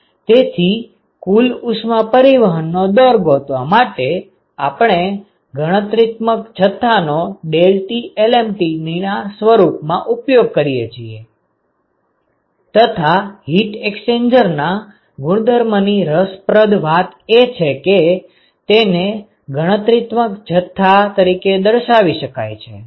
તેથી કુલ ઉષ્મા પરિવહન નો દર ગોતવા માટે આપણે ગણતરીત્મક જથ્થાનો ΔTlmtd ના સ્વરૂપમાં ઉપયોગ કરીએ છીએ તથા હીટ એક્સ્ચેન્જરના ગુણધર્મની રસપ્રદ વાત એ છે કે તેને ગણતરીત્મક જથ્થા તરીકે દર્શાવી શકાય છે